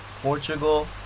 portugal